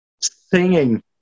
singing